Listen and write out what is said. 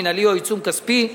מינהלי או עיצום כספי,